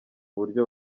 uburyo